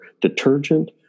detergent